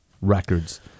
records